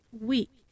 week